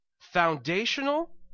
foundational